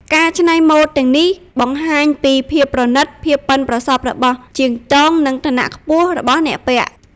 ការច្នៃម៉ូដទាំងនេះបង្ហាញពី ភាពប្រណីត ភាពប៉ិនប្រសប់របស់ជាងទង និង ឋានៈខ្ពស់ របស់អ្នកពាក់។